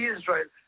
Israel